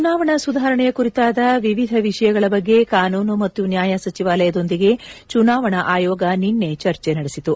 ಚುನಾವಣಾ ಸುಧಾರಣೆಯ ಕುರಿತಾದ ವಿವಿಧ ವಿಷಯಗಳ ಬಗ್ಗೆ ಕಾನೂನು ಮತ್ತು ನ್ಯಾಯ ಸಚಿವಾಲಯದೊಂದಿಗೆ ಚುನಾವಣಾ ಆಯೋಗ ನಿನ್ನೆ ಚರ್ಚೆ ನಡೆಸಿತು